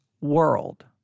world